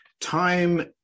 time